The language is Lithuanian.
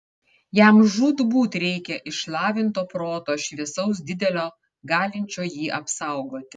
jam žūtbūt reikia išlavinto proto šviesaus didelio galinčio jį apsaugoti